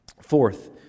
Fourth